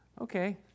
okay